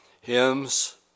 hymns